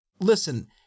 listen